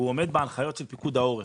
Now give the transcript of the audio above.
והוא עומד בהנחיות של פיקוד העורף,